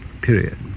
Period